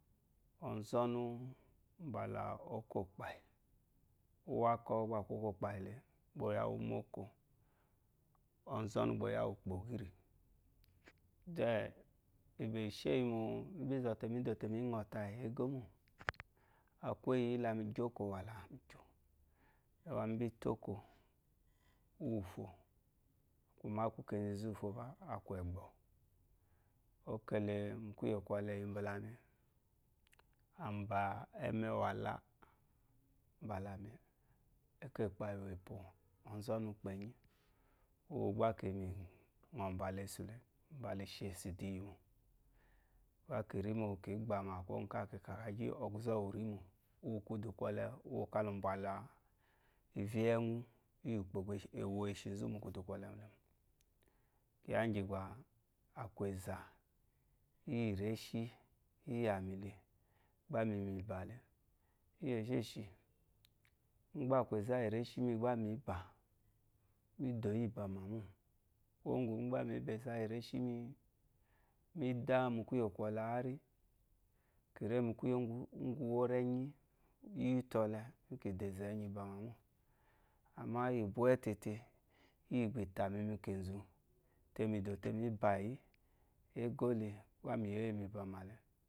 Ozunu uba la oko kpayi uwako gba aku oko kpayi gba oyawu umoko ozonu gba oyawu okpoku le then egbeshiyimo mbe zote mi nyɔ tayi egomo akweyi la mi ngɔ kowa la mi kyo de gba mi bi toko uwufo kuma akukeze zu fuba akwe ego okole mu kiyi kole eyiba lami aba emewalal mbalami eko kpayi wepo ozonu ukpenyi uwu gba kiyi menyo ba lesu le ubala ishesu iduyimo bakirimokigba kwo gu kaka gigi ɔguzewurimo mokudukole uwuka lu bwala ive yewu yi ukpo ewu eshizu mu kudu kelema kiya igi ba akueza iyi reshi iya mi le gba miyimbale iyesheshi ugba aku eza iyi reshi mi gbal mi ba ni doyi bamamo kuwo gu ida mi ba eza iyi reshi mi da mu kuye da mu kuye kole ari kure mu ku ye guworenyi iyi tole mikedo ezele bamamo ama iyi bwetete iyi batamimukezu temidote mi bayi egole gbamiyoyimi bamale